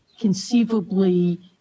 conceivably